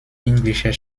englischer